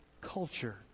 culture